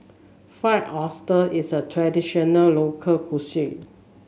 Fried Oyster is a traditional local cuisine